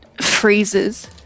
freezes